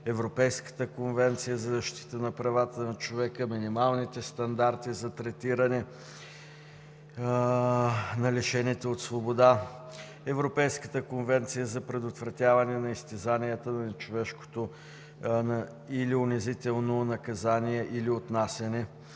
Европейската конвенция за защита на правата на човека, Минималните стандарти за третиране на лишените от свобода, Европейската конвенция за предотвратяване на изтезанията и нечовешкото или унизително отнасяне или наказание,